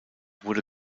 wurde